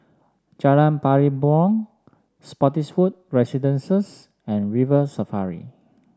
Jalan Pari Burong Spottiswoode Residences and River Safari